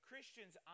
Christians